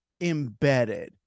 embedded